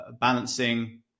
balancing